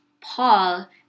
paul